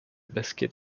basket